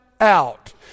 out